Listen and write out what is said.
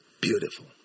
Beautiful